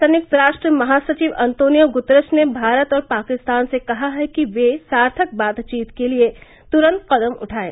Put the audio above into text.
संयुक्त राष्ट्र महासचिव अंतोनियो गुतरश ने भारत और पाकिस्तान से कहा है कि ये सार्थक बातचीत के लिए तुरंत कदम उठाएं